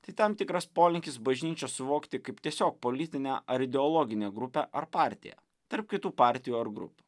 tai tam tikras polinkis bažnyčią suvokti kaip tiesiog politinę ar ideologinę grupę ar partiją tarp kitų partijų ar grupių